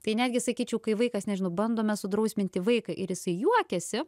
tai netgi sakyčiau kai vaikas nežinau bandome sudrausminti vaiką ir jisai juokiasi